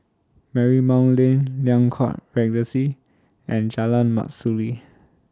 Marymount Lane Liang Court Regency and Jalan Mastuli